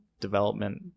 development